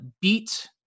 beat